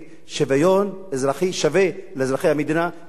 אזרחי לאזרחי המדינה בתוך גבולות המדינה.